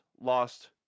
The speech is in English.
lost